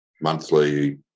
monthly